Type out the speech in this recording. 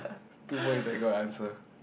two points I got answer